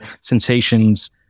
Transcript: sensations